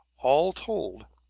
all told,